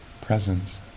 presence